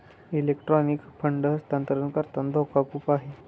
electronic fund हस्तांतरण करताना धोका खूप आहे